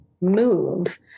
move